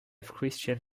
christian